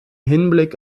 hinblick